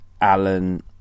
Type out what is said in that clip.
alan